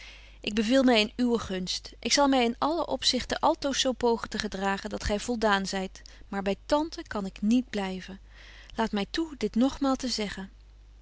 ik beveel my in uwe gunst ik zal my in allen opzichte altoos zo pogen te gedragen dat gy voldaan zyt maar by tante kan ik niet blyven laat my toe dit nogmaal te zeggen